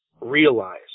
realize